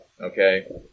okay